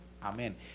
Amén